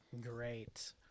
Great